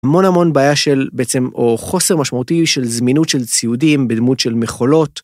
המון המון בעיה של בעצם או חוסר משמעותי של זמינות של ציודים בדמות של מכולות.